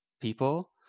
people